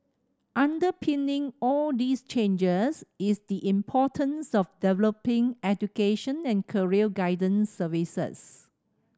underpinning all these changes is the importance of developing education and career guidance services